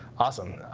awesome.